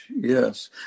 Yes